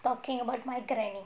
talking about my granny